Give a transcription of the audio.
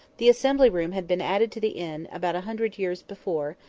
the assembly room had been added to the inn, about a hundred years before,